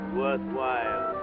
worthwhile